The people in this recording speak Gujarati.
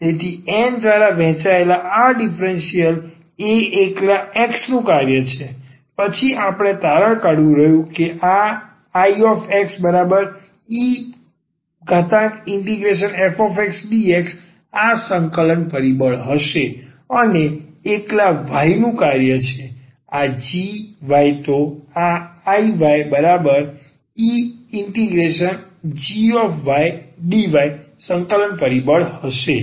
તેથી આ N દ્વારા વહેંચાયેલ આ ડીફરન્સીયલ એ એકલા x નું કાર્ય છે પછી આપણે તારણ કાઢ્યું છે કે આ Ixe∫fxdx આ સંકલન પરિબળ હશે અને આ એકલા y નું કાર્ય છે આ g y તો આ Iye∫gydy સંકલન પરિબળ હશે